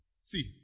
See